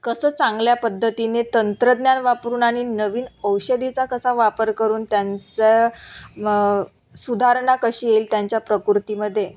कसं चांगल्या पद्धतीने तंत्रज्ञान वापरून आणि नवीन औषधीचा कसा वापर करून त्यांचा सुधारणा कशी येईल त्यांच्या प्रकृतीमध्ये